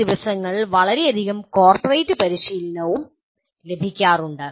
ഈ ദിവസങ്ങളിൽ വളരെയധികം കോർപ്പറേറ്റ് പരിശീലനം ലഭിക്കാറുണ്ട്